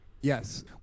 Yes